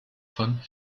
von